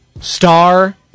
Star